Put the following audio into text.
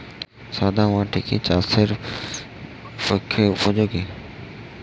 সাদা মাটি কি চাষের পক্ষে উপযোগী?